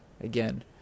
again